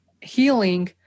healing